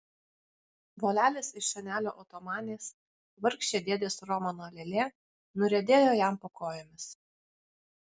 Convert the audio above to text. volelis iš senelio otomanės vargšė dėdės romano lėlė nuriedėjo jam po kojomis